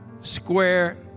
square